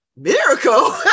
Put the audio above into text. miracle